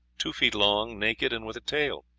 two feet long, naked, and with a tail.